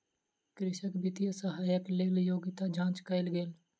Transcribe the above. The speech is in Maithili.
कृषक वित्तीय सहायताक लेल योग्यता जांच कयल गेल